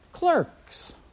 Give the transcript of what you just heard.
Clerks